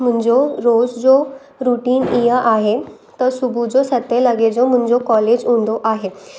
मुंहिंजो रोज़ जो रूटीन ईअं आहे त सुबुह जो सते लगे जो मुंहिंजो कॉलेज हूंदो आहे